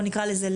נקרא לזה,